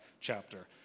chapter